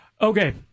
Okay